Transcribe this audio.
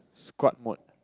squad mode